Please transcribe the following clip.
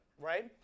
right